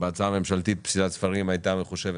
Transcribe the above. בהצעה הממשלתית פסילת ספרים הייתה מחושבת